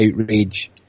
outrage